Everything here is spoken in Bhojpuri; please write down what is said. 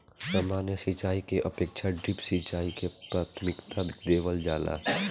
सामान्य सिंचाई के अपेक्षा ड्रिप सिंचाई के प्राथमिकता देवल जाला